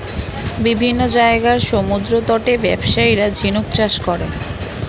বিভিন্ন জায়গার সমুদ্রতটে ব্যবসায়ীরা ঝিনুক চাষ করে